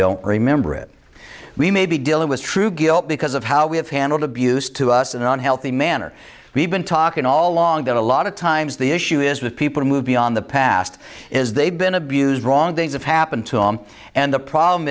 don't remember it we may be dealing with true guilt because of how we have handled abuse to us in unhealthy manner we've been talking all along that a lot of times the issue is with people who move beyond the past is they've been abused wrong things have happened to them and the problem